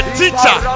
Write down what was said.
teacher